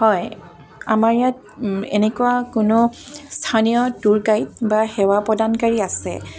হয় আমাৰ ইয়াত এনেকুৱা কোনো স্থানীয় টুৰ গাইড বা সেৱা প্ৰদানকাৰী আছে